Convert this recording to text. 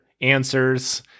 answers